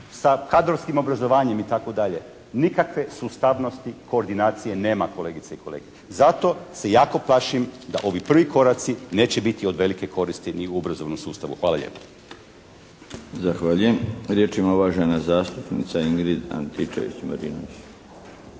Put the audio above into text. sa kadrovskim obrazovanjem itd. Nikakve sustavnosti koordinacije nema kolegice i kolege. Zato se jako plašim da ovi prvi koraci neće biti od velike koristi ni u obrazovnom sustavu. Hvala lijepo. **Milinović, Darko (HDZ)** Zahvaljujem. Riječ ima uvažena zastupnica Ingrid Antičević Marinović.